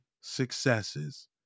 successes